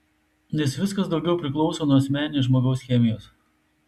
nes viskas daugiau priklauso nuo asmeninės žmogau chemijos